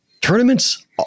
tournaments